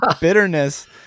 bitterness